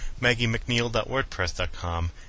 MaggieMcNeil.wordpress.com